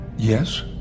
Yes